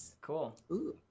cool